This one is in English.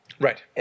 Right